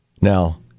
Now